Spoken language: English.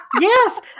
Yes